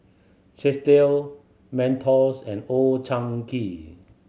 Chesdale Mentos and Old Chang Kee